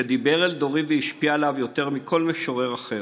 שדיבר אל דורי והשפיע עליו יותר מכל משורר אחר.